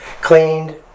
cleaned